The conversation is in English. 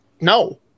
no